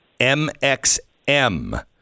MXM